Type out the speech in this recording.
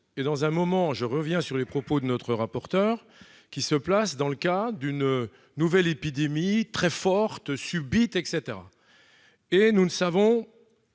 et dans un moment, je reviens sur les propos de notre rapporteur, qui se place dans le cas d'une nouvelle épidémie très forte subite et cetera et nous ne savons